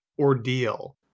ordeal